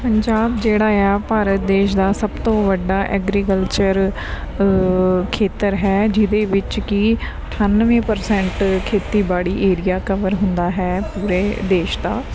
ਪੰਜਾਬ ਜਿਹੜਾ ਆ ਭਾਰਤ ਦੇਸ਼ ਦਾ ਸਭ ਤੋਂ ਵੱਡਾ ਐਗਰੀਕਲਚਰ ਖੇਤਰ ਹੈ ਜਿਹਦੇ ਵਿੱਚ ਕਿ ਅਠਾਨਵੇਂ ਪਰਸੈਂਟ ਖੇਤੀਬਾੜੀ ਏਰੀਆ ਕਵਰ ਹੁੰਦਾ ਹੈ ਪੂਰੇ ਦੇਸ਼ ਦਾ